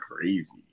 crazy